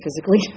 physically